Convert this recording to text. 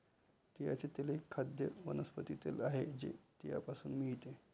तिळाचे तेल एक खाद्य वनस्पती तेल आहे जे तिळापासून मिळते